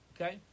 Okay